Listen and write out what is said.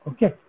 Okay